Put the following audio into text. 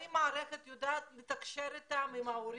האם המערכת יודעת לתקשר איתם, עם ההורים,